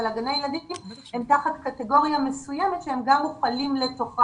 גני הילדים הם תחת קטגוריה מסוימת שהם בתוכה,